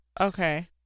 Okay